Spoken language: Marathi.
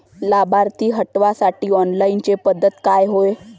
लाभार्थी हटवासाठी ऑनलाईन पद्धत हाय का?